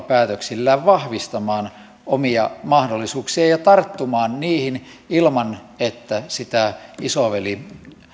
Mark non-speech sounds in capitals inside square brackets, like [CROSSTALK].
[UNINTELLIGIBLE] päätöksillään vahvistamaan omia mahdollisuuksiaan ja tarttumaan niihin ilman että sitä isoveli